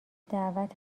دعوت